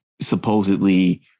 supposedly